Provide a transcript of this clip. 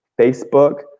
Facebook